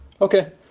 Okay